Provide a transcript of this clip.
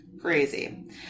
Crazy